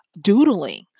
doodling